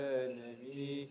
enemy